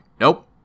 nope